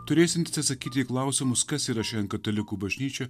turėsiantis atsakyti į klausimus kas yra šiandien katalikų bažnyčia